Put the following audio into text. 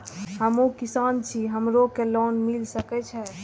हमू किसान छी हमरो के लोन मिल सके छे?